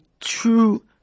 true